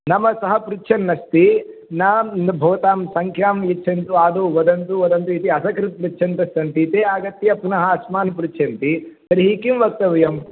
नाम सः पृच्छन्नस्ति ना भवतां सङ्ख्यां यच्छन्तु आदौ वदन्तु वदन्तु इति असकृत् पृच्छन्तस्सन्ति ते आगत्य पुनः अस्मान् पृच्छन्ति तर्हि किं वक्तव्यम्